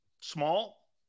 Small